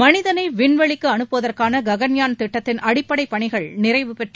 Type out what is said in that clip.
மளிதனை விண்வெளிக்கு அனுப்பதற்கான ககன்யான் திட்டத்தின் அடிப்படை பணிகள் நிறைவுபெற்று